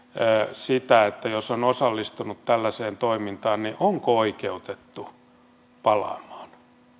sitä että jos on osallistunut tällaiseen toimintaan onko oikeutettu palaamaan